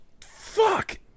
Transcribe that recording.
Fuck